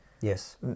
Yes